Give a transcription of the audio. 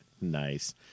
Nice